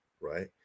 right